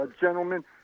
gentlemen